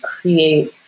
create